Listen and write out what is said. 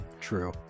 True